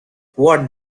what